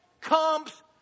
comes